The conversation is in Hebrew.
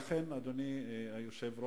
לכן, אדוני היושב-ראש,